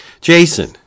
Jason